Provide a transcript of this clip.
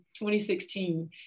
2016